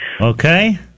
Okay